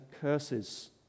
curses